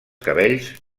cabells